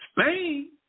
Spain